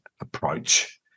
approach